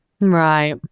right